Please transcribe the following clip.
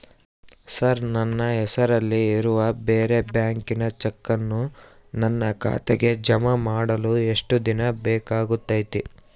Sir ನನ್ನ ಹೆಸರಲ್ಲಿ ಇರುವ ಬೇರೆ ಬ್ಯಾಂಕಿನ ಚೆಕ್ಕನ್ನು ನನ್ನ ಖಾತೆಗೆ ಜಮಾ ಮಾಡಲು ಎಷ್ಟು ದಿನ ಬೇಕಾಗುತೈತಿ?